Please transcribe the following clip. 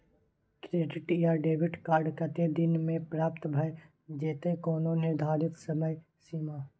Credit या debit card कत्ते दिन म प्राप्त भ जेतै, कोनो निर्धारित समय सीमा?